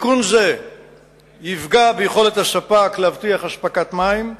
תיקון זה יפגע ביכולת הספק להבטיח אספקת מים,